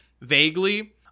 vaguely